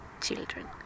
children